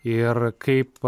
ir kaip